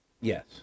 Yes